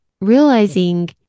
realizing